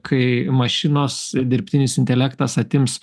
kai mašinos dirbtinis intelektas atims